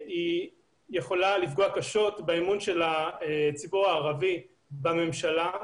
יכולה לפגוע קשות באמון של הציבור הערבי בממשלה,